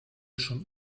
schon